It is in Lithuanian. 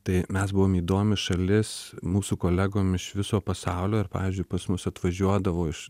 tai mes buvom įdomi šalis mūsų kolegom iš viso pasaulio ir pavyzdžiui pas mus atvažiuodavo iš